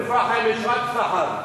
באום-אל-פחם יש רק "פחם".